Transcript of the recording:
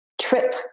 trip